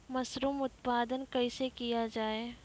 Mushroom उत्पादन कैसे किया जाय?